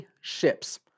ships